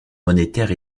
monétaire